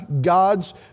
God's